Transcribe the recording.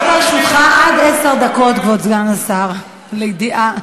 סגן השר מיקי לוי,